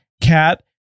cat